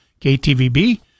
KTVB